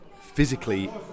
physically